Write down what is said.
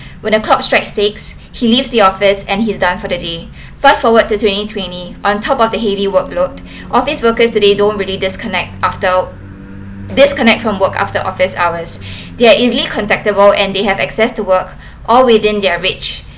when the clock strikes six he leaves the office and he's done for the day fast forward to twenty twenty on top of the heavy workload office workers today don't really disconnect after disconnect from work after office hours they're easily contactable and they have access to work all within their reach